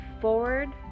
forward